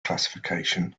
classification